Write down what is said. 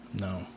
No